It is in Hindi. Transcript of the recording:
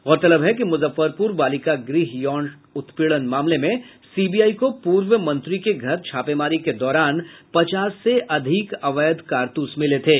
गौरतलब है कि मुजफ्फरपुर बालिका गृह यौन उत्पीड़न मामले में सीबीआई को पूर्व मंत्री के घर छापेमारी के दौरान पचास से अधिक अवैध कारतूस मिले थे